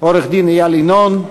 עורך-דין איל ינון,